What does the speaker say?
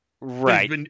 Right